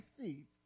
feet